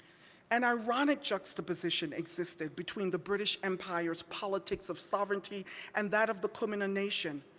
an ironic juxtaposition existed between the british empire's politics of sovereignty and that of the kumina nation.